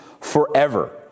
forever